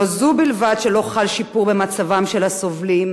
לא זו בלבד שלא חל שיפור במצבם של הסובלים,